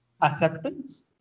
acceptance